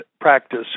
practice